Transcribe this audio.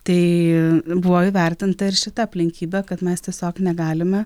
tai buvo įvertinta ir šita aplinkybė kad mes tiesiog negalime